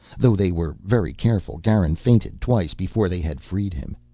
though they were very careful, garin fainted twice before they had freed him.